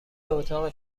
اتاق